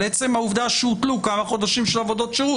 עצם העובדה שהוטלו כמה חודשים של עבודות שירות,